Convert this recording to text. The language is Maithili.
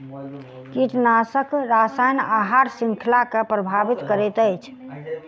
कीटनाशक रसायन आहार श्रृंखला के प्रभावित करैत अछि